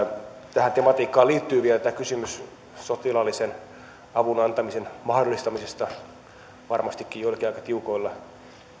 tähän tematiikkaan liittyy vielä tämä kysymys sotilaallisen avun antamisen mahdollistamisesta varmastikin joillakin aika tiukoilla